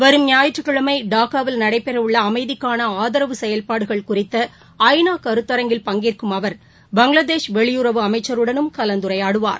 வரும் ஞாயிற்றக்கிழமைடாக்காவில் நடைபெறவுள்ளஅமைதிக்கானஆதரவு செயல்பாடுகள் குறித்த ஐ நா கருத்தரங்கில் பங்கேற்கும் அவர் பங்ளாதேஷ் வெளியுறவு அமைச்சருடனும் கலந்துரையாடுவார்